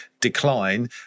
decline